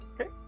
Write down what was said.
Okay